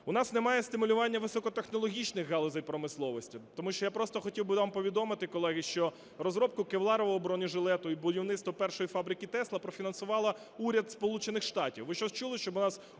У нас немає стимулювання високотехнологічних галузей промисловості, тому що, я просто хотів би вам повідомити, колеги, що розробку кевларового бронежилета і будівництво першої фабрики Tesla профінансував уряд Сполучених Штатів.